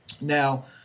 Now—